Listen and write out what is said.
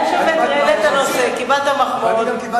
היה שווה להעלות את הנושא, קיבלת מחמאות.